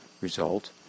result